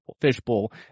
fishbowl